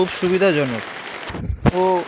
খুব সুবিধাজনক ও